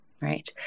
right